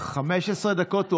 15 דקות.